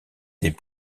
des